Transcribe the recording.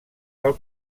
del